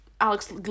Alex